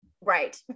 right